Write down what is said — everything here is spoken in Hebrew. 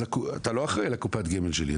אז אתה לא אחראי על קופת הגמל שלי,